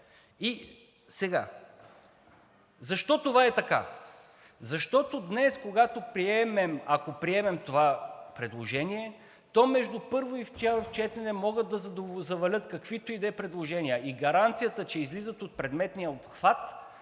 Защо това е така? Защото днес, когато го приемем, ако приемем това предложение, то между първо и второ четене могат да завалят каквито и да е предложения, а гаранцията, че излизат от предметния обхват,